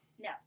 No